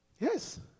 yes